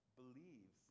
believes